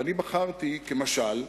ואני בחרתי כמשל,